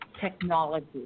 technology